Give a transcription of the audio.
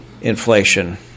inflation